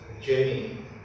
Jenny